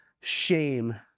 shame